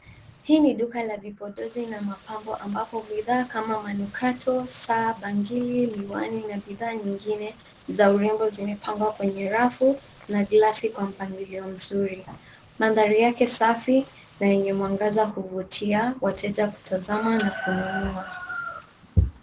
Hii ni duka la vipodezi na mapambo ambapo bidhaa kama manukato, saa, bangili, miwani, na bidhaa nyingine za urembo zimepangwa kwenye rafu na glasi kwa mpangilio mzuri. Mandhari yake safi na lenye mwangaza kuvutia wateja kutazama na kununua.